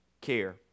care